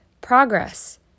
progress